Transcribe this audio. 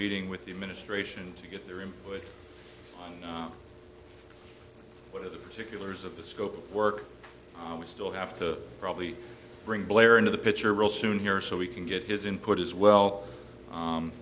meeting with the administration to get their input on what are the particulars of the scope of work and we still have to probably bring blair into the picture real soon here so we can get his input as well